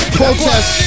protest